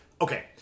okay